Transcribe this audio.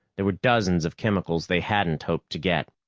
there were dozens of chemicals they hadn't hoped to get.